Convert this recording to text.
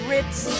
Ritz